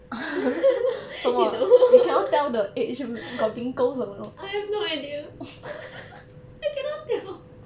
I don't know I have no idea I cannot tell